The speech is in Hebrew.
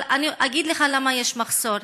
אבל אגיד לך למה יש מחסור: